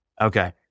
Okay